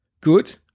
Good